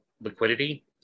liquidity